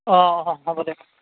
অঁ অঁ অঁ হ'ব দেক